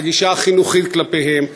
על הגישה החינוכית כלפיהם,